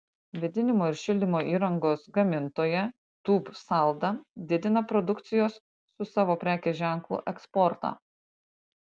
vėdinimo ir šildymo įrangos gamintoja tūb salda didina produkcijos su savo prekės ženklu eksportą